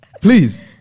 Please